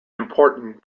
important